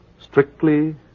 Strictly